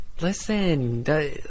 Listen